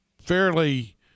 fairly –